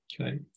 Okay